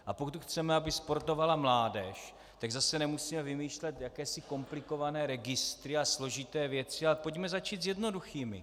A pokud chceme, aby sportovala mládež, tak zase nemusíme vymýšlet jakési komplikované registry a složité věci, ale pojďme začít s jednoduchými.